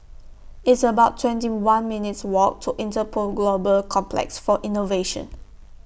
It's about twenty one minutes' Walk to Interpol Global Complex For Innovation